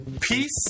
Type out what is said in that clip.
peace